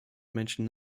menschen